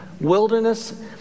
wilderness